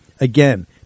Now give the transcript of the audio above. Again